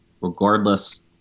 regardless